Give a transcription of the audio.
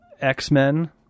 X-Men